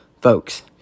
Folks